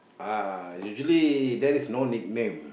uh usually there is no nickname